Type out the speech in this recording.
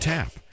Tap